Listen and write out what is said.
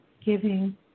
giving